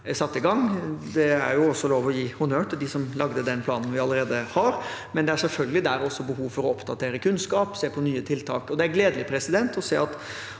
er satt i gang. Det er lov til å gi honnør til dem som lagde den planen vi allerede har, men det er selvfølgelig også behov for å oppdatere kunnskap og se på nye tiltak der. Det er gledelig å se at